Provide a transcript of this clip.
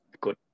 good